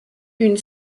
une